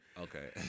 Okay